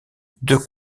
deux